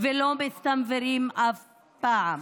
ולא מסתנוורים אף פעם.